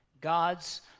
God's